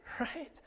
right